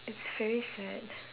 it's very sad